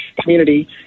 community